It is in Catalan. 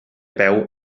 peu